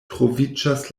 troviĝas